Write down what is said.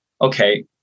okay